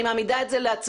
אני מעמידה את זה להצבעה.